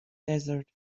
desert